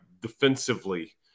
defensively